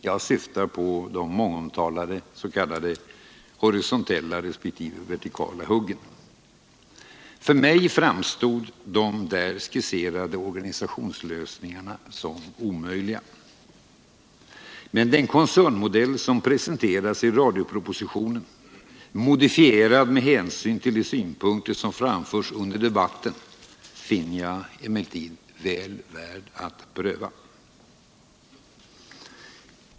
Jag syftar på de mångomtalade s.k. horisontella resp. vertikala huggen. För mig framstod de där skisserade organisationslösningarna som omöjliga. Den koncernmodell som presenterades i radiopropositionen — modifierad med hänsyn till de synpunkter som framförts under debatten — finner jag emellertid väl värd att pröva.